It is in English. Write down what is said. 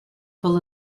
full